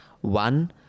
One